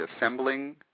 assembling